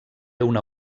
una